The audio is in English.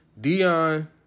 Dion